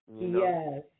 Yes